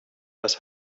was